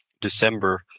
December